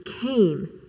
came